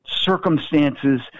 circumstances